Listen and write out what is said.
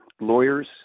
lawyers